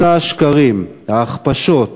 מסע השקרים, ההכפשות,